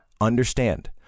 understand